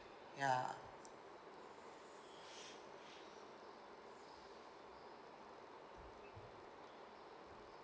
ya